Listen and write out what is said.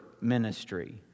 ministry